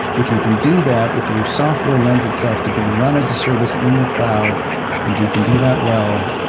if you can do that, if your software lends itself to being run as a service in the cloud and you can do that well,